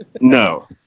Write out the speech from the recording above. No